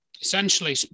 essentially